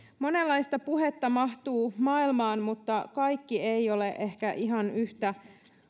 monenlaista puhetta mahtuu maailmaan mutta kaikki ei ole ehkä ihan yhtä